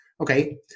Okay